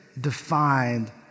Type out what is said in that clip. defined